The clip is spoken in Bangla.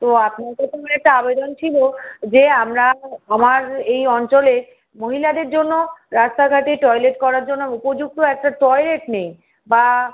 তো আপনার কাছে আমার একটা আবেদন ছিলো যে আমরা আমার এই অঞ্চলে মহিলাদের জন্য রাস্তাঘাটে টয়লেট করার জন্য উপযুক্ত একটা টয়লেট নেই বা